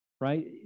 right